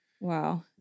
Wow